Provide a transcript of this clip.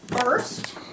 first